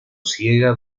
ciega